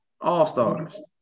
all-stars